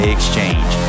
Exchange